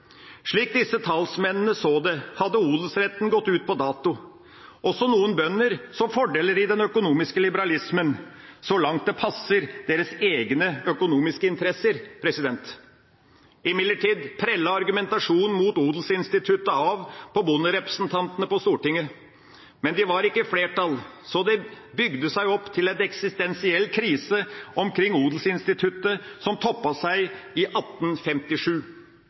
Slik disse talsmennene så det, hadde odelsretten gått ut på dato. Også noen bønder så fordeler i den økonomiske liberalismen, så langt det passet deres egne økonomiske interesser. Imidlertid prellet argumentasjonen mot odelsinstituttet av på bonderepresentantene på Stortinget, men de var ikke i flertall, så det bygde seg opp til en eksistensiell krise omkring odelsinstituttet som toppet seg i 1857.